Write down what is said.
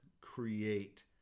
create